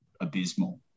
abysmal